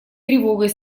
тревогой